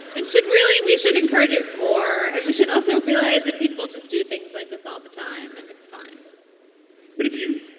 and should really we should encourage it more. and we should also realize that people just do things like this all the time and that's fine but if you.